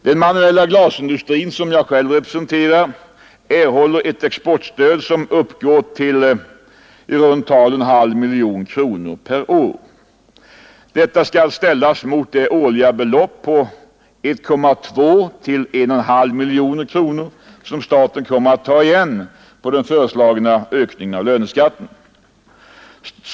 Den manuella glasindustrin som jag själv representerar erhåller ett exportstöd som uppgår till i runt tal en halv miljon kronor årligen. Detta skall ställas mot det årliga belopp på 1,2 till 1,5 miljoner kronor som staten kommer att ta igen på den föreslagna ökningen av löneskatten.